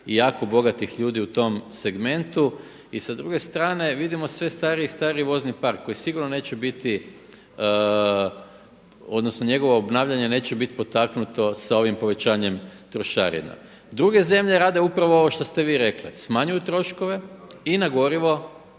i jako bogatih ljudi u tom segmentu. I sa druge strane vidimo sve stariji i stariji vozni parko koji sigurno neće biti odnosno njegovo obnavljanje neće biti potaknuto sa ovim povećanjem trošarina. Druge zemlje rade upravo ovo što ste vi rekli, smanjuju troškove i na gorivo